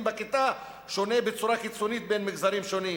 בכיתה שונה בצורה קיצונית בין מגזרים שונים.